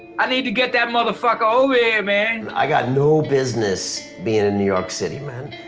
i need to get that motherfucker over here man. i got no business being in new york city man.